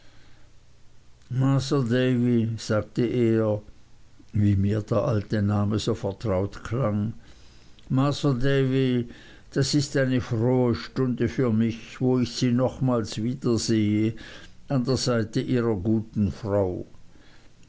sagte er wie mir der alte name so vertraut klang masr davy das ist eine frohe stunde für mich wo ich sie nochmals wiedersehe an der seite ihrer guten frau